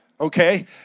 okay